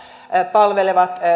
palvelevat